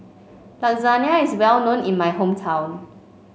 Lasagna is well known in my hometown